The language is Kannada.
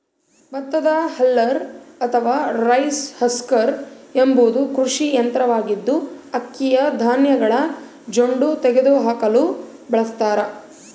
ಭತ್ತದ ಹಲ್ಲರ್ ಅಥವಾ ರೈಸ್ ಹಸ್ಕರ್ ಎಂಬುದು ಕೃಷಿ ಯಂತ್ರವಾಗಿದ್ದು, ಅಕ್ಕಿಯ ಧಾನ್ಯಗಳ ಜೊಂಡು ತೆಗೆದುಹಾಕಲು ಬಳಸತಾರ